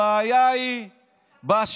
הבעיה היא בשיטה.